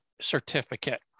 certificate